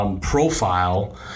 Profile